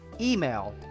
email